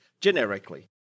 Generically